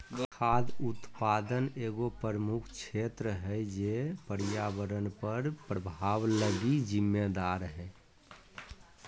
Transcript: खाद्य उत्पादन एगो प्रमुख क्षेत्र है जे पर्यावरण पर प्रभाव लगी जिम्मेदार हइ